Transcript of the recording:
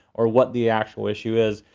or what the actual issue is.